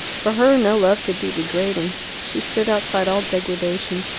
for her no love could be degrading she stood outside all degradation.